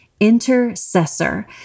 intercessor